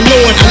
Lord